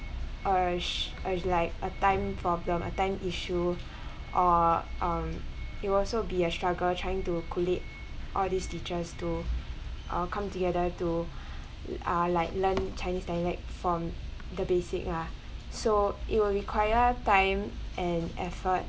uh is like a time problem a time issue or um it will also be a struggle trying to collate all these teachers to uh come together to ah like learn chinese dialect from the basic ah so it will require time and effort